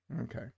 Okay